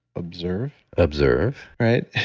observe observe right?